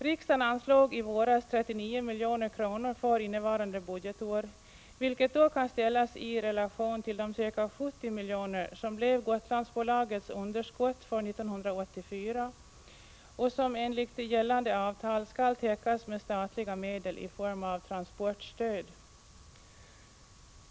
Riksdagen anslog i våras 39 milj.kr. för innevarande budgetår, vilket då kan ställas i relation till de ca 70 milj.kr. som blev Gotlandsbolagets underskott för 1984 och som enligt gällande avtal skall täckas med statliga medel i form av transportstöd.